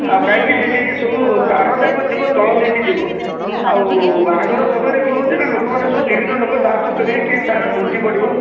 ଆଉ କାହିଁକି ସେଇଠି ସବୁ ତାର ଯାକ ଯିବ ତଳ ଦେଇକି ଯିବ ଆଉ ବାହାଘର ସମୟରେ କ'ଣ ହେଉଛି ନା ଲୋକମାନେ ସବୁ ବିଭିନ୍ନ ଲୋକ ଯାହାସବୁ କରିବେ କିଏ ତାର ଝୁଣ୍ଟି ପଡ଼ିବ